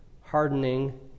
hardening